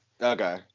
Okay